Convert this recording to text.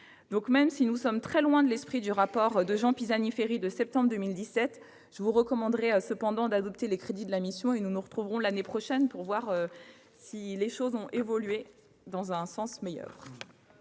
même si nous sommes loin de l'esprit du rapport remis par Jean Pisani-Ferry en septembre 2017, je vous recommande d'adopter les crédits de la mission. Nous nous retrouverons l'année prochaine, pour voir si la situation a évolué dans un sens meilleur.